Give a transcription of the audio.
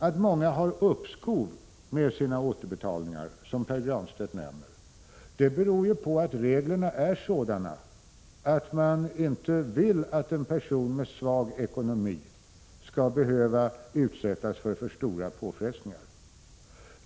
Att många får uppskov med sina återbetalningar, som Pär Granstedt nämner, beror ju på att reglerna är sådana att en person med svag ekonomi inte skall behöva utsättas för alltför stora påfrestningar.